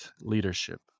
leadership